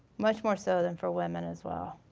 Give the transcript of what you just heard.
much more so than for women as well.